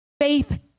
faith